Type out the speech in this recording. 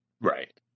Right